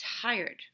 tired